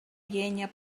llenya